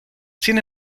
sin